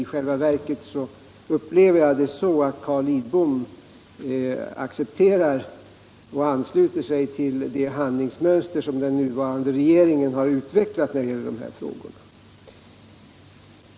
I själva verket upplever jag det så att Carl Lidbom accepterar och ansluter sig till det handlingssystem som den nuvarande regeringen har utvecklat i dessa frågor.